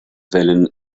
wellen